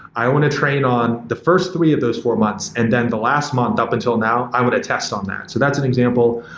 i want to train on the first three of those four months, and then the last month up until now, i want to test on that. so that's an example.